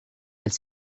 elle